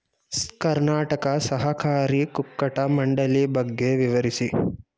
ಕರ್ನಾಟಕ ಸಹಕಾರಿ ಕುಕ್ಕಟ ಮಂಡಳಿ ಬಗ್ಗೆ ವಿವರಿಸಿ?